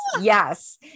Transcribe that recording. yes